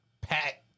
pack